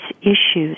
issues